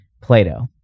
Plato